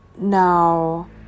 Now